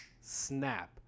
Snap